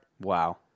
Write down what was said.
Wow